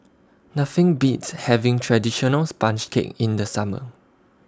Nothing Beats having Traditional Sponge Cake in The Summer